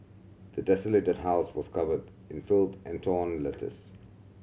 the desolated house was covered in filth and torn letters